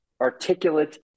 articulate